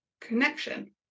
connection